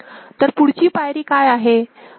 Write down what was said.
तर पुढची पायरी काय आहे